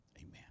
Amen